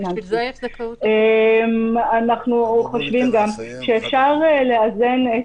אבל בשביל זה יש זכאות --- אנחנו חושבים שאפשר לאזן את